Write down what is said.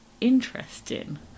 interesting